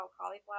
cauliflower